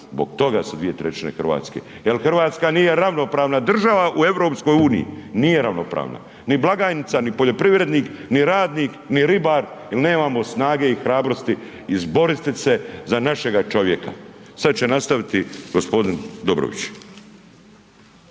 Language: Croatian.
Zbog toga su 2/3 Hrvatske. Jer Hrvatska nije ravnopravna država u EU. Nije ravnopravna. Ni blagajnica, ni poljoprivrednik, ni radnik, ni ribar jer nemamo snage i hrabrosti izboriti se za našega čovjeka. Sada će nastaviti g. Dobrović.